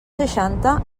seixanta